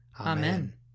Amen